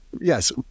Yes